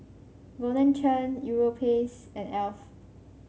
Golden Churn Europace and Alf